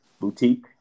boutique